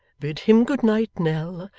bid him good night, nell,